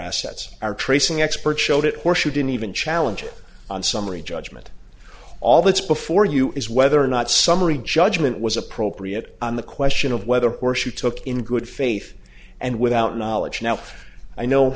assets are tracing expert showed it or shouldn't even challenge it on summary judgment all that's before you is whether or not summary judgment was appropriate on the question of whether or she took in good faith and without knowledge now i know